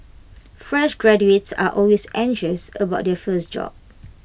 fresh graduates are always anxious about their first job